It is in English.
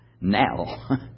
Now